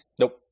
Nope